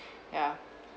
yeah